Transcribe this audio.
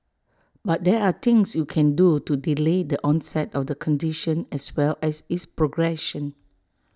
but there are things you can do to delay the onset of the condition as well as its progression